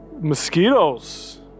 mosquitoes